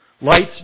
lights